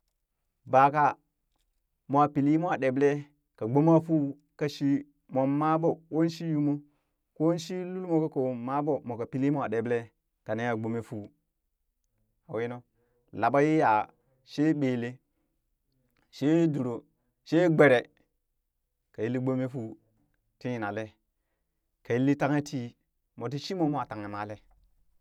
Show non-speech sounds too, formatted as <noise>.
baka moo pili moo ɗeɓlee ka gbomaa fuu ka mom ma ɓo ko shii yuu moon ko shi lul kakoo ma boo moka pili mwa ɗeɓlee ka neha gbome fuu a winuu laɓa yee yaa, shee ɓelee, shee duro, she gbere, ka yilli gbome fuu tii yinale ka yilli tanghe tii moti shimo mwa tanghe male. <noise>